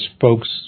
folks